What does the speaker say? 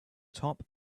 top